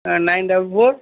nine double four